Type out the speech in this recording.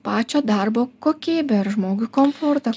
pačio darbo kokybė ir žmogui komfortą